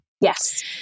Yes